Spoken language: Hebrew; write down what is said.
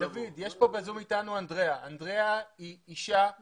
דוד, יש פה בזום אתנו את אנדריאה, היא פה